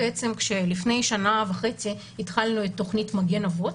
לכן כאשר לפני שנה וחצי התחלנו את תוכנית מגן אבות,